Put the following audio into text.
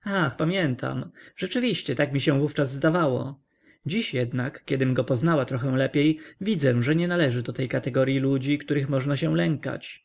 ach pamiętam rzeczywiście tak mi się wówczas zdawało dziś jednak kiedym go poznała trochę lepiej widzę że nie należy do tej kategoryi ludzi których można się lękać